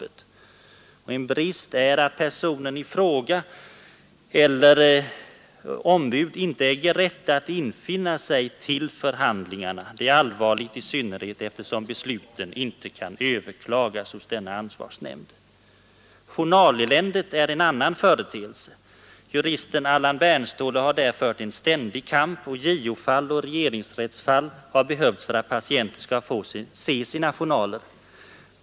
En annan - ng brist är att personen i fråga eller ombud för vederbörande inte äger rätt att infinna sig till förhandlingarna. Det är allvarligt, i synnerhet som besluten av denna ansvarsnämnd inte kan överklagas Andra reformkrav som nämnts är att instanser som avgör klagoären beträffande ax Journaleländet är en annan företeelse. Juristen Allan Bernståhle har stådd mentalsjuk-"" där fört en ständig kamp, och JO-fall och regeringsrättsfall har behövts dom för att patienter skulle få se sina journaler.